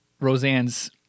Roseanne's